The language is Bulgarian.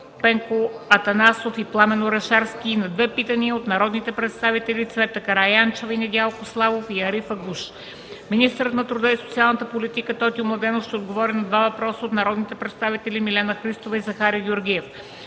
Пенко Атанасов и Пламен Орешарски и на две питания от народните представители Цвета Караянчева и Недялко Славов, и Ариф Агуш; - министърът на труда и социалната политика Тотю Младенов ще отговори на два въпроса от народните представители Милена Христова и Захари Георгиев;